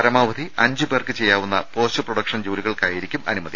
പരമാവധി അഞ്ചു പേർക്ക് ചെയ്യാവുന്ന പോസ്റ്റ് പ്രൊഡക്ഷൻ ജോലികൾക്കായിരിക്കും അനുമതി